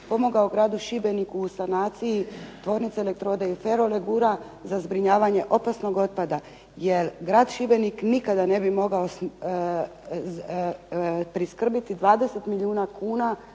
pomogao gradu Šibeniku u sanaciji tvornici elektroda i fero legura za zbrinjavanje opasnog otpada. Jer Grad Šibenik nikada ne bi mogao priskrbiti 20 milijuna kuna